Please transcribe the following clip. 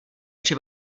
při